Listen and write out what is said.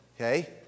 Okay